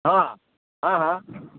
હ હા હા